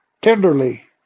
Tenderly